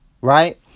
right